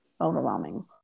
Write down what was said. overwhelming